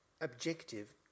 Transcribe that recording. objective